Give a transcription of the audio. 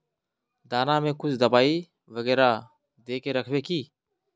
दाना में कुछ दबाई बेगरा दय के राखबे की?